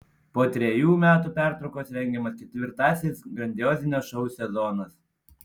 po trejų metų pertraukos rengiamas ketvirtasis grandiozinio šou sezonas